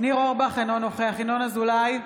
ניר אורבך, אינו נוכח ינון אזולאי,